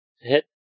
hit